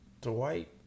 Dwight